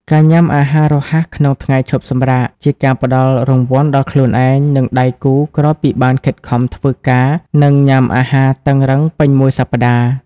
ការញ៉ាំអាហាររហ័សក្នុងថ្ងៃឈប់សម្រាក ជាការផ្ដល់រង្វាន់ដល់ខ្លួនឯង និងដៃគូក្រោយពីបានខិតខំធ្វើការ និងញ៉ាំអាហារតឹងរ៉ឹងពេញមួយសប្ដាហ៍។